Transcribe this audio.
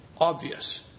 obvious